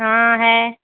ہاں ہے